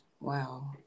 Wow